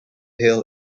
hill